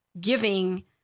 giving